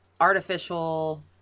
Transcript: artificial